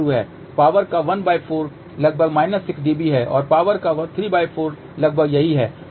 power का ¼ लगभग 6 dB है और पावर का ¾ लगभग यही है